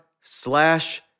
slash